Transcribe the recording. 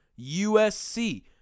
USC